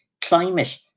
climate